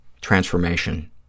transformation